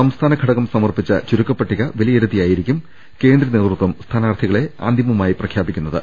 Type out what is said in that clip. സംസ്ഥാന ഘടകം സമർപ്പിച്ച ചുരുക്കപ്പട്ടിക വിലയിരുത്തിയായിരിക്കും കേന്ദ്ര നേതൃത്വം സ്ഥാനാർത്ഥികളെ അന്തിമമായി പ്രഖ്യാപിക്കുന്ന ത്